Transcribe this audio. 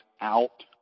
out